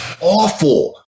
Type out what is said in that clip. awful